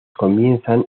comienzan